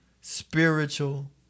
spiritual